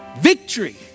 Victory